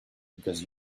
because